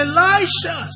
Elisha